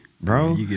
bro